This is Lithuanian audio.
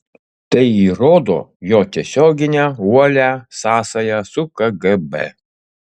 tai įrodo jo tiesioginę uolią sąsają su kgb